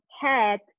head